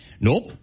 Nope